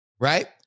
right